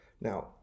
Now